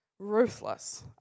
ruthless